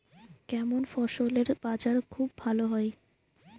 কেমন ফসলের বাজার খুব ভালো হয়?